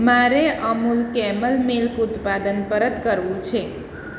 મારે Amul camel milk ઉત્પાદન પરત કરવું છે